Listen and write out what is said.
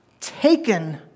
taken